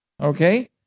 Okay